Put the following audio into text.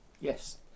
yes